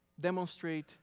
demonstrate